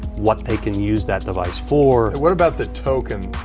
what they can use that device for. what about the token?